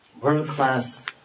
world-class